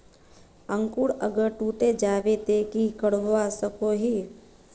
अंकूर अगर टूटे जाबे ते की करवा सकोहो ही?